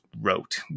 Wrote